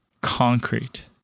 concrete